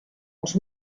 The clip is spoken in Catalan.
els